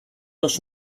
los